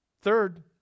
Third